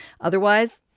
Otherwise